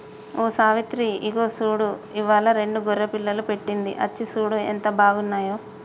ఓ సావిత్రి ఇగో చూడు ఇవ్వాలా రెండు గొర్రె పిల్లలు పెట్టింది అచ్చి సూడు ఎంత బాగున్నాయో